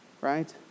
Right